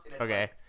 okay